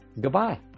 Goodbye